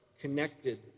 connected